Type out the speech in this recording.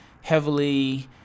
heavily